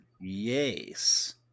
Yes